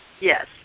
Yes